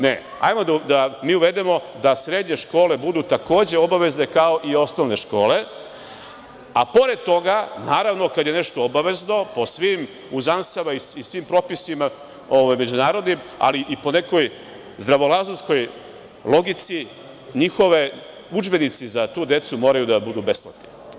Ne, ajmo mi da uvedemo da srednje škole budu takođe obavezne kao i osnovne škole, a pored toga, naravno, kad je nešto obavezno, po svim uzansama i svim propisima međunarodnim, ali i po nekoj zdravorazumskoj logici, njihovi udžbenici za tu decu moraju da budu besplatni.